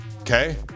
Okay